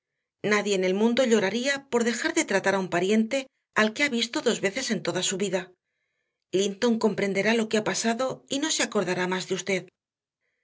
nadie en el mundo lloraría por dejar de tratar a un pariente al que ha visto dos veces en toda su vida linton comprenderá lo que ha pasado y no se acordará más de usted